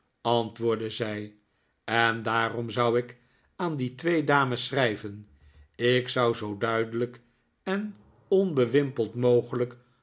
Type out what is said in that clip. antwoordde zij en daarom zou ik aan die twee dames schrijven ik zou zoo duidelijk en onbewimpeld mogelijk